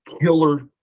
killer